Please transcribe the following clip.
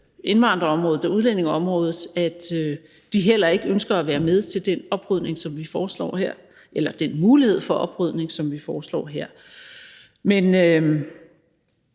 indvandrerområdet og udlændingeområdet, heller ikke ønsker at være med til den opbrydning, som vi foreslår her, eller den mulighed for opbrydning, som vi foreslår her. Men